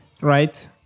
right